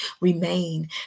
remain